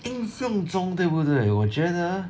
一分钟对不对我觉得